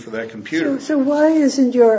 for that computer so why isn't your